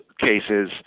cases